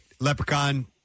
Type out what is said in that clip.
leprechaun